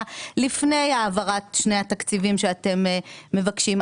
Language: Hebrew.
לפני העברת שני התקציבים שאתם מבקשים,